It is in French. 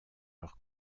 leurs